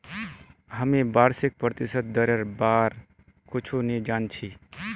हामी वार्षिक प्रतिशत दरेर बार कुछु नी जान छि